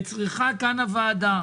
וצריכה כאן הוועדה,